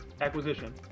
Acquisition